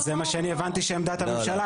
זה מה משאני הבנתי שעמדת הממשלה.